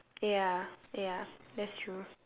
ya ya that's true